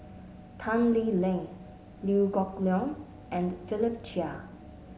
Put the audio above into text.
Tan Lee Leng Liew Geok Leong and Philip Chia